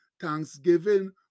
thanksgiving